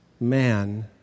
man